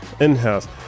in-house